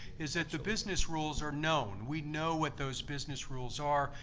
is that the business rules are known. we know what those business rules are.